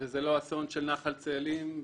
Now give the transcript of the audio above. ולא אסון של נחל צאלים,